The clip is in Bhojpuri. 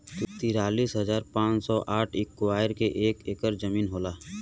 तिरालिस हजार पांच सौ और साठ इस्क्वायर के एक ऐकर जमीन होला